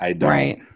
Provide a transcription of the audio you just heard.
right